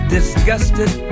Disgusted